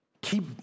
Keep